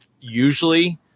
usually